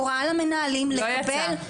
הוראה למנהלים לקבל --- לא יצא.